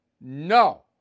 No